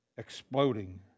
Exploding